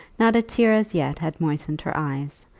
not a tear as yet had moistened her eyes,